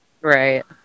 Right